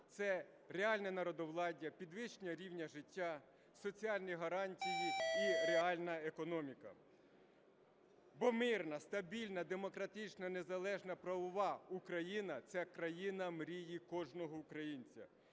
це реальне народовладдя, підвищення рівня життя, соціальні гарантії і реальна економіка. Бо мирна, стабільна, демократична, незалежна правова Україна – це країна мрії кожного українця.